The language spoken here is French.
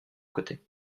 côté